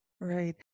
right